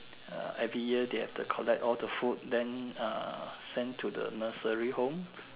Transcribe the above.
uh every year they have to collect all the food then uh send to the nursery home